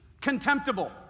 contemptible